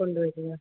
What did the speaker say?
കൊണ്ട് വരും അല്ലേ